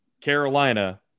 Carolina